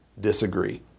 disagree